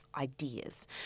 ideas